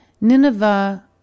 Nineveh